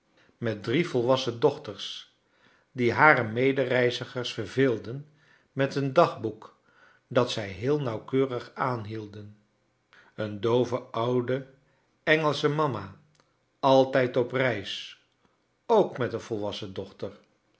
met drie volwassen dochters die hare medereizigers verveelden met een dagboek dat zij heel nauwkeurig aanhielden een doove oude engelsche mama altijd op reis ook met een volwassen dochter